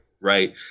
right